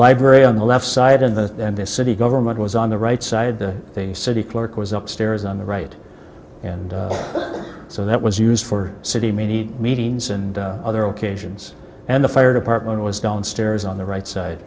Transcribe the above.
library on the left side of the and the city government was on the right side the city clerk was upstairs on the right and so that was used for city meet meetings and other occasions and the fire department was downstairs on the right side